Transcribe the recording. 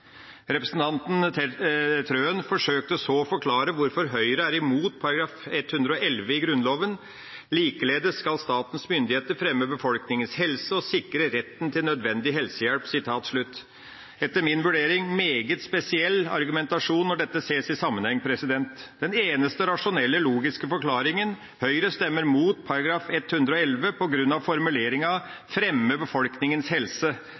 Representanten Wilhelmsen Trøen forsøkte så å forklare hvorfor Høyre er imot § 111 i Grunnloven: «Likeledes skal statens myndigheter fremme befolkningens helse og sikre retten til nødvendig helsehjelp.» Det er etter min vurdering en meget spesiell argumentasjon når dette ses i sammenheng. Den eneste rasjonelle, logiske forklaringen er at Høyre stemmer imot § 111 på grunn av formuleringa «fremme befolkningens helse».